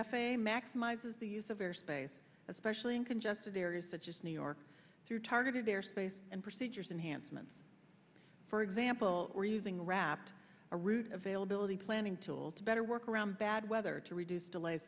a maximizes the use of air space especially in congested areas such as new york through targeted air space and procedures enhanced meant for example or using wrapped a route availability planning tool to better work around bad weather to reduce delays